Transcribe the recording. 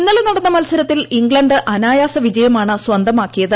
ഇന്നലെ നടന്ന മത്സരത്തിൽ ഇ്തുണ്ട് അനായാസ വിജയമാണ് സ്വന്തമാക്കിയത്